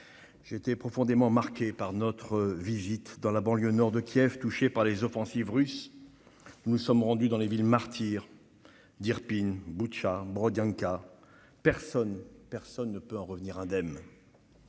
J'ai été profondément marqué par notre visite dans la banlieue nord de Kiev, touchée par les offensives russes. Nous nous sommes rendus dans les villes martyres d'Irpin, de Boutcha et de Borodyanka. Personne- personne ! -ne peut en revenir indemne.